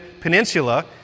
peninsula